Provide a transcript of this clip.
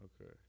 Okay